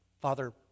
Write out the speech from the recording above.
Father